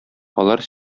алар